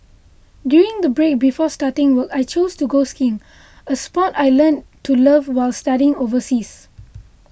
during the break before starting work I chose to go skiing a sport I learnt to love while studying overseas